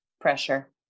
pressure